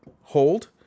hold